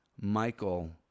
Michael